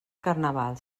carnaval